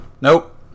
Nope